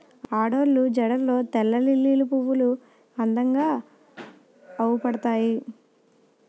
ఆడోళ్ళు జడల్లో తెల్లలిల్లి పువ్వులు అందంగా అవుపడతాయి